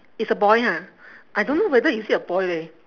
it's a boy ha I don't know whether is it a boy leh